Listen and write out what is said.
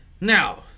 Now